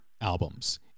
albums